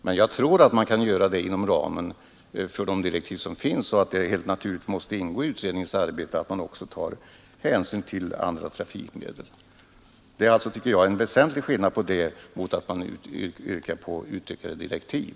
Men jag tror att man kan göra det inom ramen för de direktiv som finns, och att det helt naturligt måste ingå i utredningens arbete att också ta hänsyn till andra trafikmedel. Det är en väsentlig skillnad mellan det och att yrka på utökade direktiv.